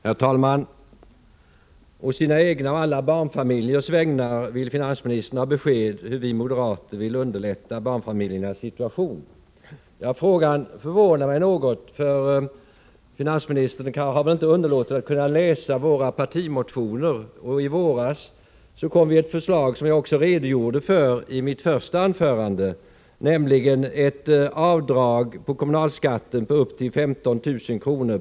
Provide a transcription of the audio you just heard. Herr talman! På sina egna och alla barnfamiljers vägnar vill finansministern ha besked om hur vi moderater vill underlätta barnfamiljernas situation. Frågan förvånar mig något, för finansministern har väl inte underlåtit att läsa våra partimotioner. I våras kom ett förslag, som jag redogjorde för i mitt första anförande, om ett avdrag på kommunalskatten på upp till 15 000 kr.